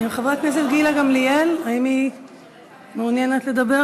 חברת הכנסת גילה גמליאל, האם היא מעוניינת לדבר?